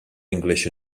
english